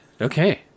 Okay